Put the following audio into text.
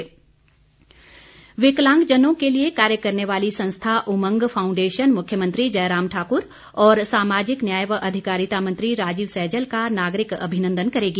उमंग विकलांगजनों के लिए कार्य करने वाली संस्था उमंग फाउंडेशन मुख्यमंत्री जयराम ठाक्र और सामाजिक न्याय व अधिकारिता मंत्री राजीव सैजल का नागरिक अभिनन्दन करेगी